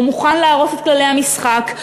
הוא מוכן להרוס את כללי המשחק,